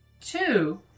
Two